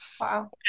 Wow